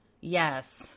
Yes